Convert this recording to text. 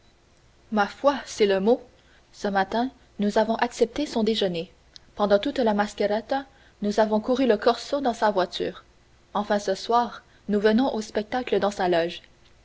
ma foi c'est le mot ce matin nous avons accepté son déjeuner pendant toute la mascherata nous avons couru le corso dans sa voiture enfin ce soir nous venons au spectacle dans sa loge